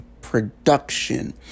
Production